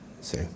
See